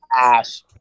ass